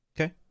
Okay